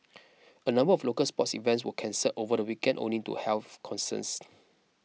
a number of local sports events were cancelled over the weekend owing to health concerns